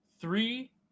three